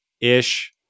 ish